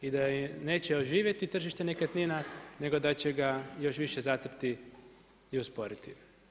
I da neće oživjeti tržište nekretnina, nego da će ga još više zatrti i usporiti.